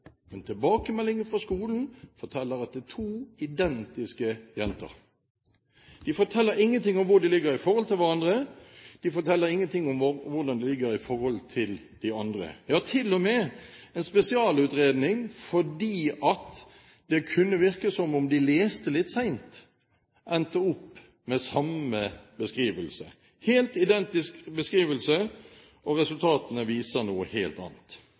Men tilbakemeldingene fra skolen forteller at det er to identiske jenter. De forteller ingenting om hvor de ligger i forhold til hverandre, de forteller ingenting om hvordan de ligger i forhold til de andre. Ja, til og med en spesialutredning fordi det kunne virke som om de leste litt sent, endte opp med samme beskrivelse – helt identisk beskrivelse. Resultatene viser noe helt annet.